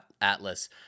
atlas